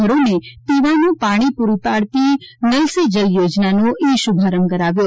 ઘરોને પીવાનું પાણી પૂરૂં પાડતી નળ સે જલ યોજનાનો ઇ શુભારંભ કરાવ્યો